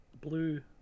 blue